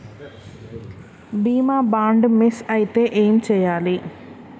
బీమా bond miss అయితే ఏం చేయాలి?